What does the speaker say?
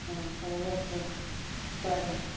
او کھگریا سے پر